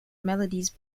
melodies